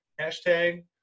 Hashtag